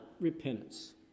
repentance